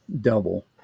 double